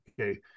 okay